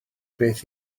beth